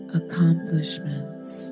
accomplishments